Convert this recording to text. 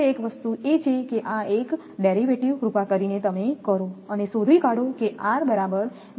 ફક્ત એક વસ્તુ એ છે કે આ એક ડેરિવેટિવ કૃપા કરીને તમે કરો અને શોધી કાઢો કે R બરાબર 2